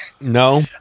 No